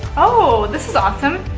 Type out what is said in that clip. oh this is awesome.